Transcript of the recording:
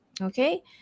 okay